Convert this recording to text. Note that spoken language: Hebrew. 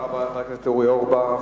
תודה רבה לחבר הכנסת אורי אורבך.